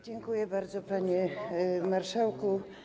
Dziękuję bardzo, panie marszałku.